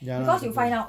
ya lah definitely